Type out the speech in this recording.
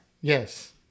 Yes